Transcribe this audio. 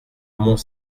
mont